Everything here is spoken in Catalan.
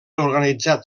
organitzat